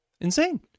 Insane